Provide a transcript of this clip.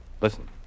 Listen